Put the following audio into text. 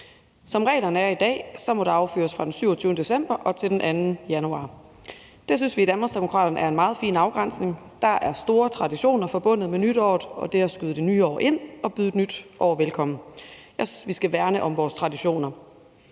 Som reglerne er i dag, må der affyres fra den 27. december til den 2. januar. Det synes vi i Danmarksdemokraterne er en meget fin afgrænsning. Der er store traditioner forbundet med nytåret og det at skyde nytåret ind, byde det nye år velkommen. Jeg synes, vi skal værne om vores traditioner.